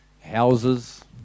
houses